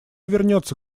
вернется